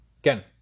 Again